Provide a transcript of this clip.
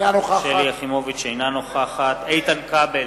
אינה נוכחת איתן כבל,